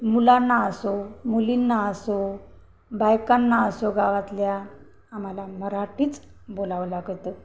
मुलांना असो मुलींना असो बायकांना असो गावातल्या आम्हाला मराठीच बोलावं लागतं